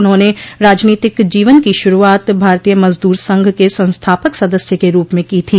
उन्होंने राजनीतिक जीवन की शुरूआत भारतीय मजदूर संघ के संस्थापक सदस्य के रूप में की थी